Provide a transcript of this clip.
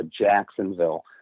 Jacksonville